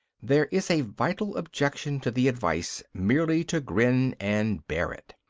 there is a vital objection to the advice merely to grin and bear it.